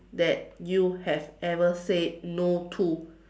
that you have ever said no to